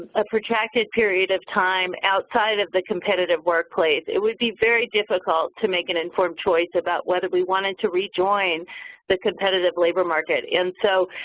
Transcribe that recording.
a protracted period of time outside of the competitive workplace, it would be very difficult to make an informed choice about whether we wanted to rejoin the competitive labor market. and so,